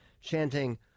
chanting